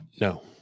No